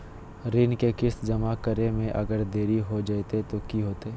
ऋण के किस्त जमा करे में अगर देरी हो जैतै तो कि होतैय?